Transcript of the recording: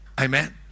Amen